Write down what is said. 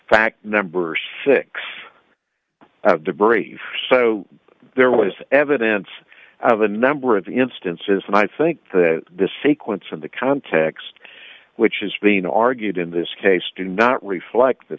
fact number six of the brief so there was evidence of a number of instances and i think that the sequence and the context which is being argued in this case do not